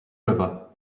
river